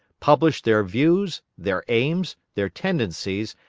publish their views, their aims, their tendencies,